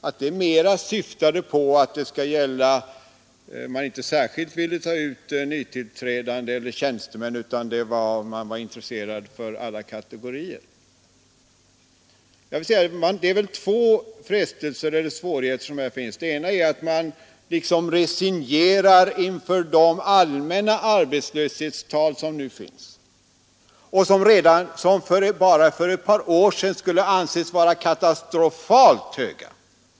Det skulle mer syfta på att man inte särskilt ville ta ut nytillträdande på arbetsmarknaden eller tjänstemän utan att man var intresserad av alla kategorier. Det är väl två frestelser som finns här. Den ena är att man liksom resignerar inför de allmänna arbetslöshetstal som nu finns och som bara för ett par år sedan skulle ha ansetts vara katastofalt höga.